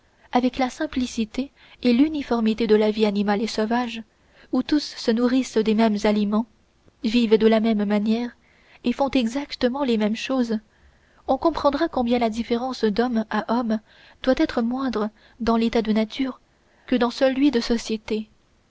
avec la simplicité et l'uniformité de la vie animale et sauvage où tous se nourrissent des mêmes aliments vivent de la même manière et font exactement les mêmes choses on comprendra combien la différence d'homme à homme doit être moindre dans l'état de nature que dans celui de société